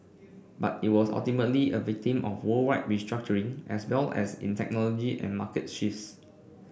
but it was ultimately a victim of worldwide restructuring as well as in technology and market shifts